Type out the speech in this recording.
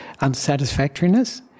unsatisfactoriness